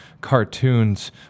cartoons